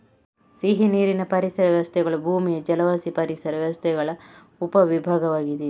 ಸಿಹಿನೀರಿನ ಪರಿಸರ ವ್ಯವಸ್ಥೆಗಳು ಭೂಮಿಯ ಜಲವಾಸಿ ಪರಿಸರ ವ್ಯವಸ್ಥೆಗಳ ಉಪ ವಿಭಾಗವಾಗಿದೆ